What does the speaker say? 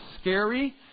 scary